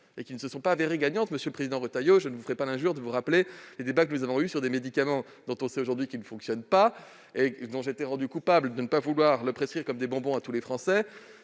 ne se sont pas avérées gagnantes. Monsieur le président Retailleau, je ne vous ferai pas l'injure de vous rappeler les débats que nous avons eus sur un médicament dont on sait aujourd'hui qu'il ne fonctionne pas. Très bien ! J'ai même été rendu coupable de ne pas vouloir le prescrire comme des bonbons à tous les Français.